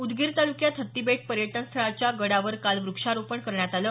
उदगीर ताल्क्यात हत्तीबेट पर्यटन स्थळाच्या गडावर काल वृक्षारोपण करण्यात आलं